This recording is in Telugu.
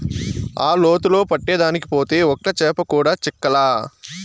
ఆ లోతులో పట్టేదానికి పోతే ఒక్క చేప కూడా చిక్కలా